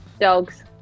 Dogs